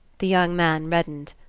the young man reddened.